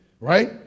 right